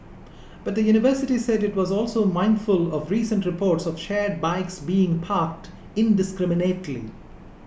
but the university said it was also mindful of recent reports of shared bikes being parked indiscriminately